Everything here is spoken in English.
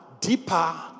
deeper